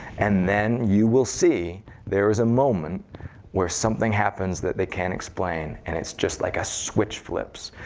and then you will see there is a moment where something happens that they can't explain. and it's just like a switch flips.